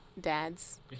dads